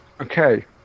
Okay